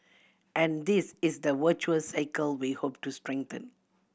and this is the virtuous cycle we hope to strengthen